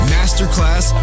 Masterclass